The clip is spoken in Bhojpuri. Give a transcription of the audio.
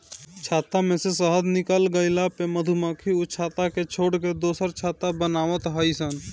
छत्ता में से शहद निकल गइला पअ मधुमक्खी उ छत्ता के छोड़ के दुसर छत्ता बनवत हई सन